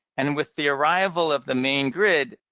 and with the arrival of the main grid,